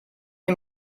die